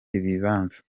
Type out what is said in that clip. ibibanza